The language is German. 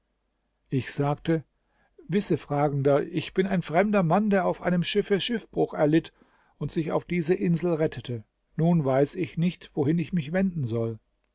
ich sagte wisse fragender ich bin ein fremder mann der auf einem schiffe schiffbruch erlitt und sich auf diese insel rettete nun weiß ich nicht wohin ich mich wenden soll